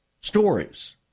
stories